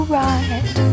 right